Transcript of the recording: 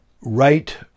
right